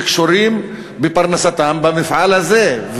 שקשורים בפרנסתם במפעל הזה,